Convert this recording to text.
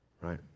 right